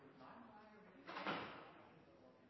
Arne